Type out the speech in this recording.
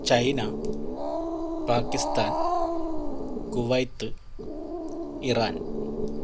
China Pakistan Kuwait Iran